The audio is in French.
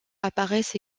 apparaissent